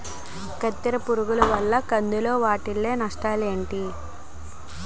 కత్తెర పురుగు వల్ల కంది లో వాటిల్ల నష్టాలు ఏంటి